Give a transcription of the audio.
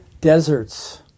deserts